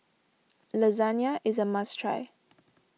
Lasagne is a must try